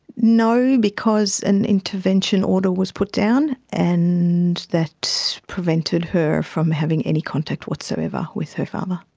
no, because an intervention order was put down and that prevented her from having any contact whatsoever with her father.